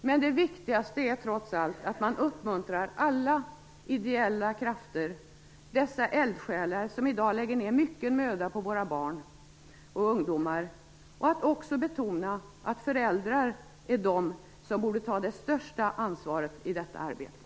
Men det viktigaste är trots allt att man uppmuntrar alla ideella krafter, alla dessa eldsjälar som i dag lägger ned mycket möda på våra barn och ungdomar, och att man också betonar att föräldrar är de som borde ta det största ansvaret i detta arbete.